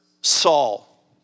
Saul